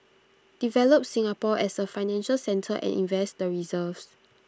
develop Singapore as A financial centre and invest the reserves